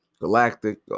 galactic